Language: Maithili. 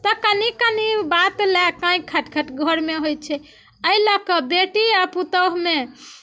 तऽ कनी कनी बात लए काँय खटखट घरमे होइ छै एहि लऽ कऽ बेटी आ पुतहुमे